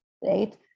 right